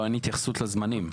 אין התייחסות לזמנים.